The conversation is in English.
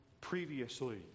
previously